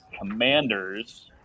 Commanders